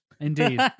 Indeed